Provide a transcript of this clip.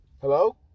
Hello